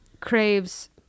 craves